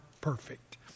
perfect